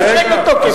משהו שאין לו תוקף.